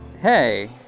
Hey